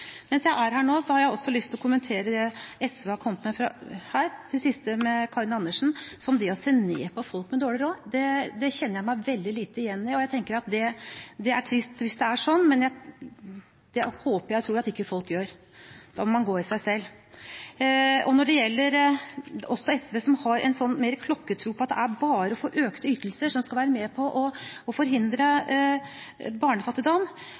Mens jeg er her, har jeg også lyst til å kommentere det SV har kommet med, sist fra Karin Andersen, om å se ned på folk med dårlig råd. Det kjenner jeg meg veldig lite igjen i. Jeg tenker at det er trist hvis det er sånn, men det håper og tror jeg folk ikke gjør. Da må man gå i seg selv. Og til SV som har en slik klokkertro på at det bare er økte ytelser som kan være med på å forhindre barnefattigdom,